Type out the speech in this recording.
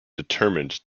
determined